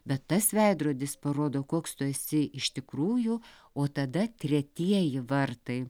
bet tas veidrodis parodo koks tu esi iš tikrųjų o tada tretieji vartai